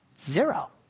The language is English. Zero